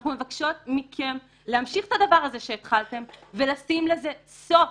אנחנו מבקשות מכם להמשיך את הדבר הזה שהתחלתם ולשים לזה סוף.